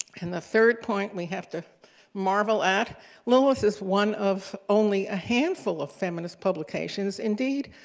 and the third point we have to marvel at lilith is one of only a handful of feminist publications indeed,